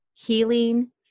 healing